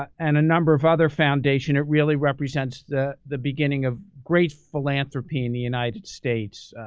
and a number of other foundations, it really represents the the beginning of great philanthropy in the united states,